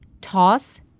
Toss